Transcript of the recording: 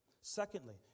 Secondly